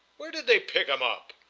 where did they pick him up?